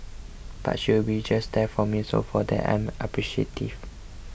but she'll be just there for me so for that I'm appreciative